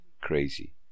crazy